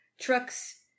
trucks